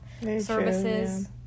services